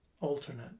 alternate